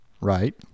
Right